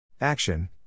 Action